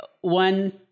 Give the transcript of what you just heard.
one